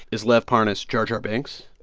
is lev parnas jar jar binks?